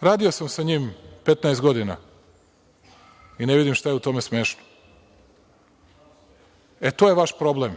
Radio sam sa njim 15 godina i ne vidim šta je u tome smešno. To je vaš problem.